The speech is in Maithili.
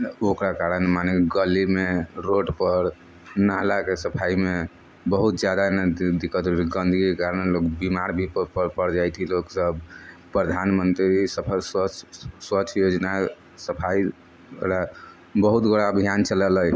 ओकरा कारण मने गलीमे रोड पर नालाके सफाइमे बहुत जादा न दिक्कत होइया गन्दगीके कारण लोक बीमार भी पड़ जाइत छै लोक सभ प्रधानमंत्री सफल स्वच्छ स्वच्छ योजना सफाइ ले बहुत गोटा अभियान चलेलै